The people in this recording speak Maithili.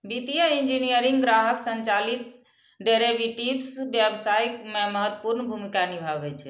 वित्तीय इंजीनियरिंग ग्राहक संचालित डेरेवेटिव्स व्यवसाय मे महत्वपूर्ण भूमिका निभाबै छै